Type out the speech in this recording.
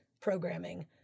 programming